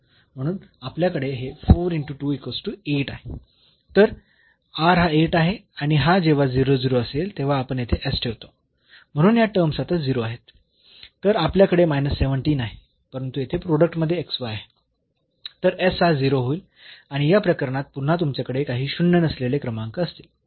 म्हणून आपल्याकडे हे आहे तर हा आहे आणि हा जेव्हा असेल तेव्हा आपण येथे s ठेवतो म्हणून या टर्म्स आता 0 आहेत तर आपल्याकडे आहे परंतु येथे प्रोडक्ट मध्ये आहे तर s हा होईल आणि या प्रकरणात पुन्हा तुमच्याकडे काही शून्य नसलेले क्रमांक असतील